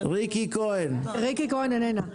ריקי כהן איננה.